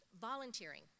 volunteering